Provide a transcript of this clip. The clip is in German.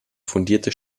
fundierte